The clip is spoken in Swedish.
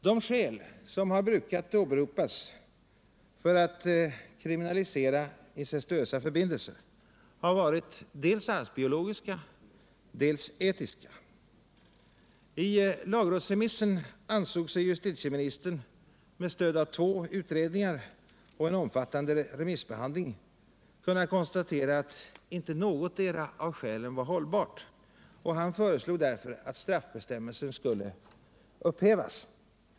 De skäl som har brukat åberopas för att kriminalisera incestuösa förbindelser har varit dels arvsbiologiska, dels etiska. I lagrådsremissen ansåg sig justitieministern med stöd av två utredningar och en omfattande remissbehandling kunna konstatera att inte någotdera av skälen var hållbart, och han föreslog därför att straffbestämmelsen skulle upphävas.